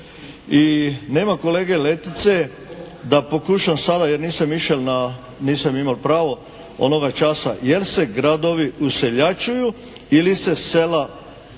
I nema kolege Letice da pokušam sada jer nisam išel, nisam imal pravo onoga časa jer se gradovi useljačuju ili se sela urbaniziraju.